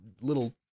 little